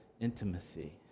intimacy